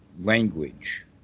language